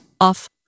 off